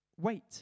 wait